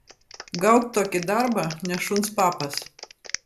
gaut tokį darbą ne šuns papas